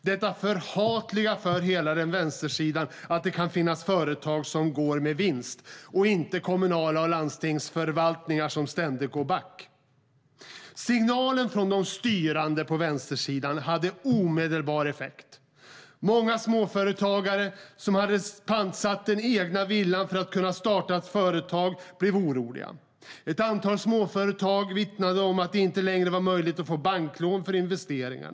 Det är förhatligt för hela vänstersidan att det kan finnas företag som går med vinst - inte kommunala förvaltningar eller landstingsförvaltningar som ständigt går back. Signalen från de styrande på vänstersidan hade omedelbar effekt. Många småföretagare som hade pantsatt den egna villan för att kunna starta ett företag blev oroliga. Ett antal småföretag vittnade om att det inte längre var möjligt att få banklån för investeringar.